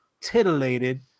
titillated